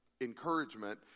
encouragement